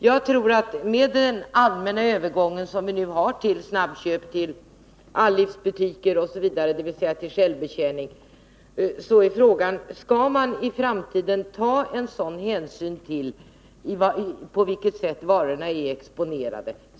Jag tror att med den allmänna övergång som vi nu har till snabbköp, all-livsbutiker osv., dvs. till självbetjäning, så är frågan: Skall man i framtiden ta en sådan hänsyn till det sätt på vilket varorna är exponerade?